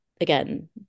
again